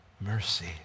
mercy